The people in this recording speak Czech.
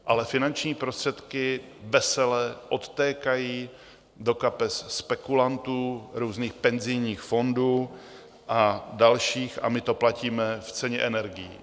Ale finanční prostředky vesele odtékají do kapes spekulantů, různých penzijních fondů a dalších a my to platíme v ceně energií.